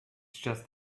just